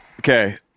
Okay